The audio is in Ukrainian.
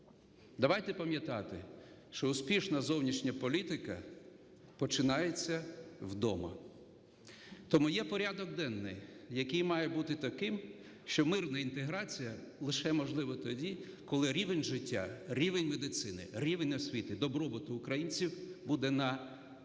Давайте пам'ятати, що успішна зовнішня політика починається вдома. Тому є порядок денний, який має бути таким, що мирна інтеграція лише можлива тоді, коли рівень життя, рівень медицини, рівень освіти, добробут українців буде на 2-3